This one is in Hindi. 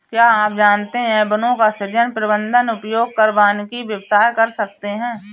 क्या आप जानते है वनों का सृजन, प्रबन्धन, उपयोग कर वानिकी व्यवसाय कर सकते है?